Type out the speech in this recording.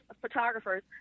photographers